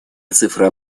цифра